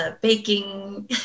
baking